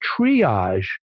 triage